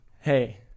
Hey